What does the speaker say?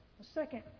Second